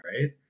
right